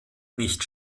nicht